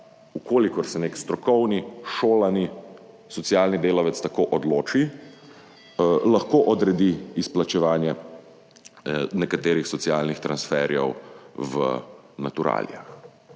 če se nek strokovni, šolani socialni delavec tako odloči, lahko odredi izplačevanje nekaterih socialnih transferjev v naturalijah.